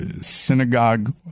synagogue